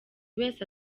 wese